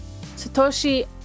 Satoshi